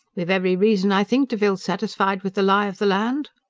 we've every reason, i think, to feel satisfied with the lie of the land.